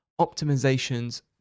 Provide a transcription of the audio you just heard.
optimizations